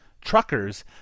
truckers